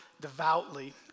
devoutly